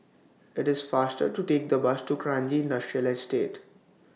IT IS faster to Take The Bus to Kranji Industrial Estate